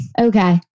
Okay